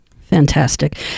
Fantastic